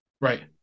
Right